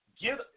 get